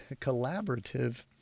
collaborative